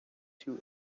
two